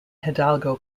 hidalgo